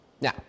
Now